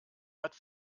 hat